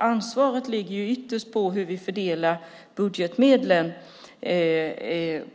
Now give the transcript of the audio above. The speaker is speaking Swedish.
Ansvaret ligger nämligen ytterst på oss politiker och hur vi fördelar budgetmedlen